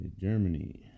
Germany